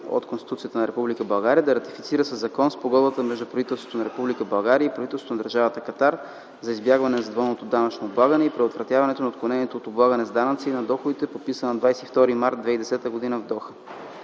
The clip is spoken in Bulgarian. от Конституцията на Република България да ратифицира със закон Спогодбата между правителството на Република България и правителството на Държавата Катар за избягване на двойното данъчно облагане и предотвратяване на отклонението от облагане с данъци на доходите, подписано на 22 март 2010 г. в Доха.